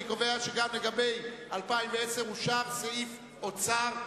אני קובע שגם לגבי 2010 אושר סעיף אוצר,